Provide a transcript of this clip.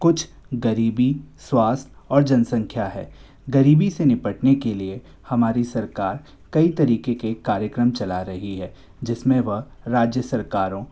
कुछ गरीबी स्वास्थ्य और जनसंख्या है गरीबी से निपटने के लिए हमारी सरकार कई तरीके के कार्यक्रम चला रही है जिसमें वह राज्य सरकारों